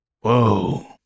Whoa